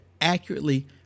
accurately